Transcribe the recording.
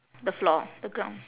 the floor the ground